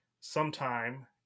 sometime